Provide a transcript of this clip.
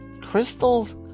crystals